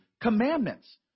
commandments